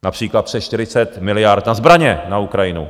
Například přes 40 miliard na zbraně na Ukrajinu.